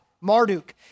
Marduk